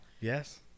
Yes